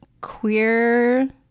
queer